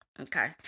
okay